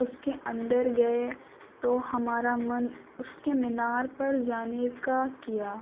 اس کے اندر گئے تو ہمارا من اس کے مینار پر جانے کا کیا